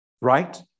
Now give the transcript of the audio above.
Right